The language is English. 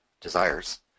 desires